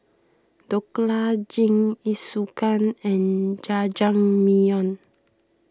Dhokla Jingisukan and Jajangmyeon